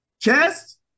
Chest